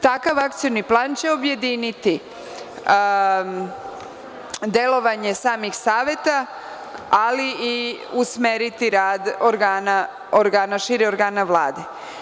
Takav akcioni plan će objediniti delovanje samih saveta, ali i usmeriti rad organa, šire organa Vlade.